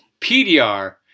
PDR